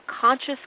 conscious